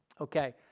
Okay